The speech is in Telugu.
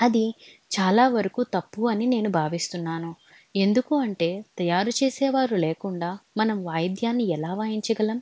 అది చాలా వరకు తప్పు అని నేను భావిస్తున్నాను ఎందుకు అంటే తయారు చేసేవారు లేకుండా మనం వాయిద్యాన్ని ఎలా వాయించగలం